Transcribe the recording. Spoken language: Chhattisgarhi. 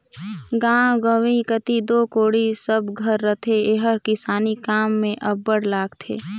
गाँव गंवई कती दो कोड़ी सब घर रहथे एहर किसानी काम मे अब्बड़ लागथे